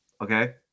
Okay